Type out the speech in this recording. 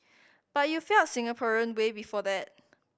but you felt Singaporean way before that